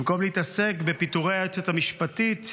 במקום להתעסק בפיטורי היועצת המשפטית,